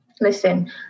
Listen